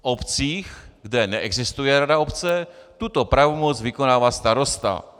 V obcích, kde neexistuje rada obce, tuto pravomoc vykonává starosta.